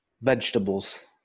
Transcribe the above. Vegetables